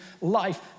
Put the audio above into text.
life